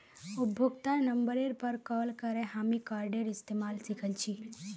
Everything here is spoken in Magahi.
उपभोक्तार नंबरेर पर कॉल करे हामी कार्डेर इस्तमाल सिखल छि